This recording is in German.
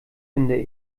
finde